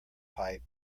pipe